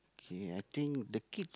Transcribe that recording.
K I think the kid